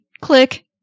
Click